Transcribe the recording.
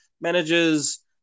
managers